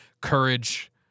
courage